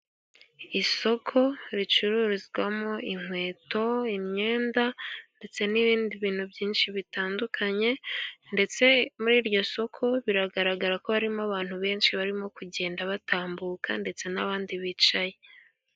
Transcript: Isoko ricururizwamo inkweto imyenda ndetse n'ibindi bintu byinshi bitandukanye, ndetse muri iryo soko biragaragara ko harimo abantu benshi barimo kugenda batambuka ndetse n'abandi bicaye.